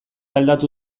aldatu